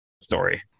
story